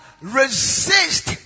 resist